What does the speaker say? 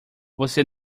você